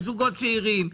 בזוגות צעירים.